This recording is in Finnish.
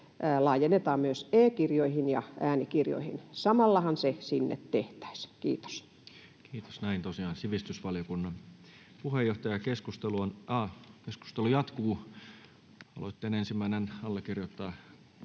laajennetaan myös e-kirjoihin ja äänikirjoihin. Samallahan se sinne tehtäisiin. — Kiitos. Kiitos. — Näin tosiaan sivistysvaliokunnan puheenjohtaja, ja keskustelu on... Aa, keskustelu jatkuu. — Aloitteen ensimmäinen allekirjoittaja,